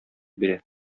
бирә